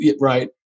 Right